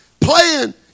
playing